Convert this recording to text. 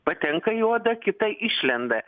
patenka į odą kita išlenda